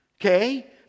okay